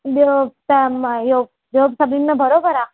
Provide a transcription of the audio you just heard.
ॿियों त मां इहो ॿियों सभिनि में बराबरि आहे